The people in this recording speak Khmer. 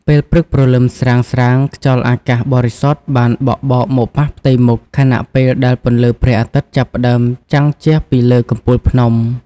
ពេលព្រឹកព្រលឹមស្រាងៗ ខ្យល់អាកាសបរិសុទ្ធបានបក់បោកមកប៉ះផ្ទៃមុខ ខណៈពេលដែលពន្លឺព្រះអាទិត្យចាប់ផ្តើមចាំងជះពីលើកំពូលភ្នំ។